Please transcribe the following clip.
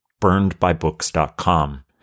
burnedbybooks.com